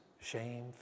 shame